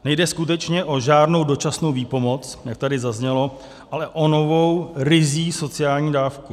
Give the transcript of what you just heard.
Nejde skutečně o žádnou dočasnou výpomoc, jak tady zaznělo, ale o novou ryzí sociální dávku.